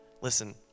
listen